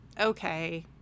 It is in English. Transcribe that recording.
Okay